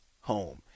home